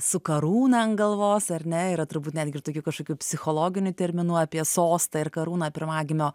su karūna ant galvos ar ne yra turbūt netgi ir tokių kažkokių psichologinių terminų apie sostą ir karūną pirmagimio